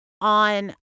on